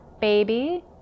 baby